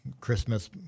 christmas